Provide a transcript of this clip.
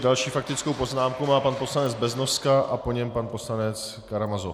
Další faktickou poznámku má pan poslanec Beznoska a po něm pan poslanec Karamazov.